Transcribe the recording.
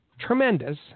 tremendous